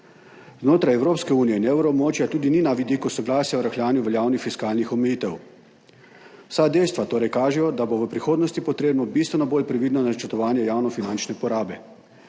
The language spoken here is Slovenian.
Znotraj Evropske unije in evroobmočja tudi ni na vidiku soglasja o rahljanju veljavnih fiskalnih omejitev. Vsa dejstva torej kažejo, da bo v prihodnosti potrebno bistveno bolj previdno načrtovanje javnofinančne porabe.